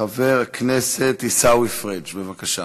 חבר הכנסת עיסאווי פריג', בבקשה.